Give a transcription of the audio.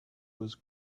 was